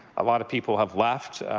a lot of people have left.